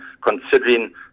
considering